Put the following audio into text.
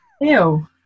Ew